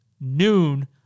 noon